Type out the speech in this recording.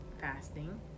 fasting